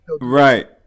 right